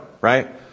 right